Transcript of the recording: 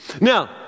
Now